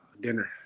dinner